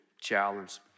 challenge